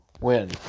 win